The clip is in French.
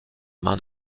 main